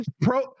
Pro